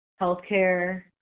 healthcare